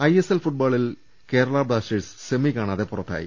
ISL ഫുട്ബോളിൽ Kerala Blasters semi കാണാതെ പുറത്തായി